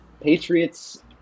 patriots